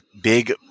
big